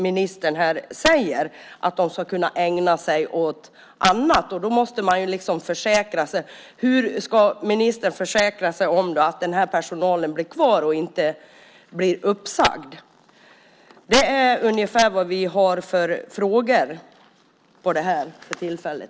Ministern säger här att den ska kunna ägna sig åt annat. Hur ska ministern försäkra sig om att personalen blir kvar och inte blir uppsagd? Detta är ungefär de frågor vi har om detta för tillfället.